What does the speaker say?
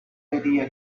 idea